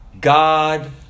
God